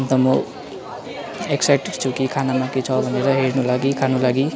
अन्त म एक्साइटेड छु कि खानामा के छ भनेर हेर्नु लागि खानु लागि